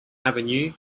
avenue